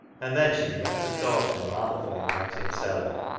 and then she began to talk to him artfully about himself,